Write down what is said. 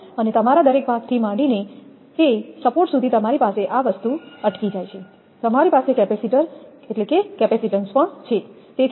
અને તમારા દરેક ભાગથી માંડીને તે સપોર્ટ સુધી તમારી પાસે આ વસ્તુ અટકી જાય છે તમારી પાસે કેપેસિટર કેપેસિટીન્સ પણ છે